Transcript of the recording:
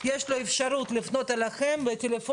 תמיד יש תקלות בהתחלה ותמיד צריך לפתור אותן.